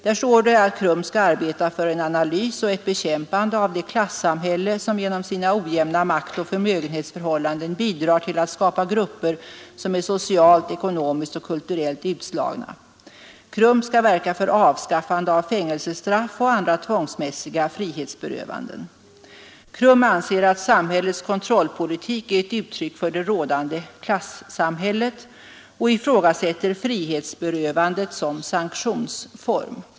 Där står att KRUM skall arbeta för en analys och ett bekämpande av det klassamhälle som genom sina ojämna maktoch förmögenhetsförhållanden bidrar till att skapa grupper som är socialt, ekonomiskt och kulturellt utslagna. KRUM skall verka för avskaffande av fängelsestraff och andra tvångsmässiga frihetsberövanden. KRUM anser att samhällets kontrollpolitik är ett uttryck för det rådande klassamhället och ifrågasätter frihetsberövande som sanktionsform.